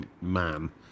man